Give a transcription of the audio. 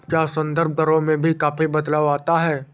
क्या संदर्भ दरों में भी काफी बदलाव आता है?